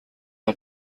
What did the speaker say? are